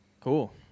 cool